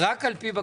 רק על פי בקשתכם.